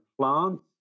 plants